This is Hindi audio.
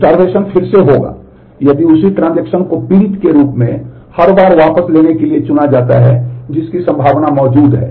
स्टार्वेसन को पीड़ित के रूप में हर बार वापस लेने के लिए चुना जाता है जिसकी संभावना मौजूद है